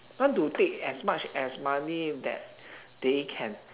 want to take as much as money that they can